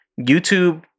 YouTube